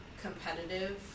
competitive